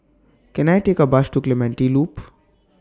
Can I Take A Bus to Clementi Loop